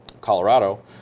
Colorado